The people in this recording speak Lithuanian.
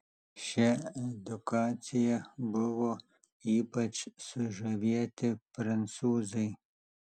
šia edukacija buvo ypač sužavėti prancūzai